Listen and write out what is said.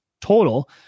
total